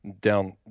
down